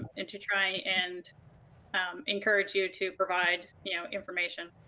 and to try and encourage you to provide you know information,